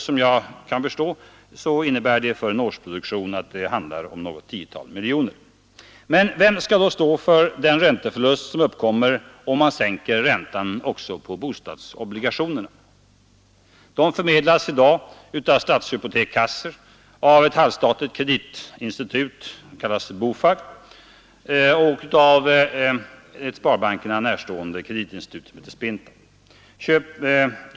Såvitt jag kan förstå innebär det för en årsproduktion något tiotal miljoner kronor. Men vem skall då stå för den ränteförlust som uppkommer om man sänker räntan också på bostadsobligationerna? De förmedlas i dag av statshypotekskassor, av ett halvstatligt kreditinstitut, BOFAB, och av ett sparbankerna närstående kreditinstitut, SPINTAB.